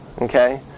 okay